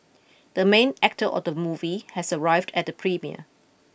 the main actor of the movie has arrived at the premiere